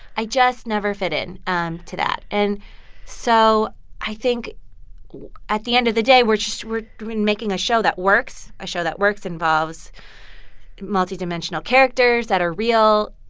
i just never fit in um to that. and so i think at the end of the day, we're just making a show that works. a show that works involves multi-dimensional characters that are real.